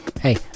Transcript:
hey